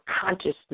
consciousness